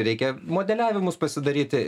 reikia modeliavimus pasidaryti